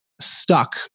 stuck